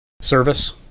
Service